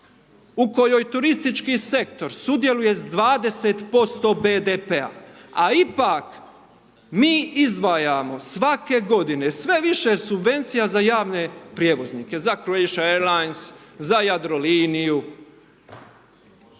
u kojoj turistički sektor sudjeluje sa 20% BDP-a a ipak mi izdvajamo svake godine sve više subvencija za javne prijevoznike, za Croatia airlines, za Jadroliniju,